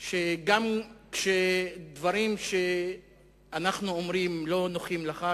שגם כשהדברים שאנחנו אומרים לא נוחים לך,